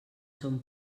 son